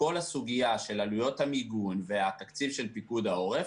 כל הסוגיה של עלויות המיגון והתקציב של פיקוד העורף